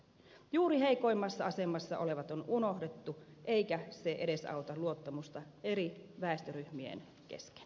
juuri heikoimmassa asemassa olevat on unohdettu eikä se edesauta luottamusta eri väestöryhmien kesken